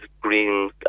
green